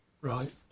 Right